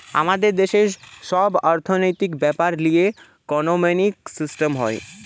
আমাদের দেশের সব অর্থনৈতিক বেপার লিয়ে ইকোনোমিক সিস্টেম হয়